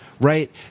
Right